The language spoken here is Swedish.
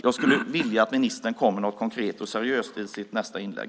Jag skulle vilja att ministern kom med något konkret och seriöst i sitt nästa inlägg.